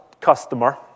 customer